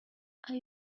are